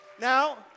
Now